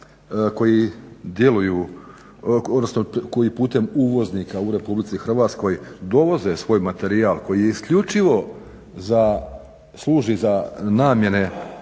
koji putem uvoznika u RH dovoze svoj materijal koji isključivo služi za namjenu